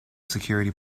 security